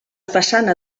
façana